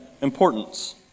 importance